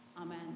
Amen